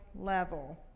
level